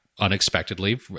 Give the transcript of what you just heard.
unexpectedly